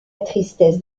tristesse